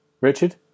Richard